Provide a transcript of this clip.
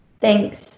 thanks